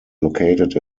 located